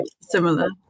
similar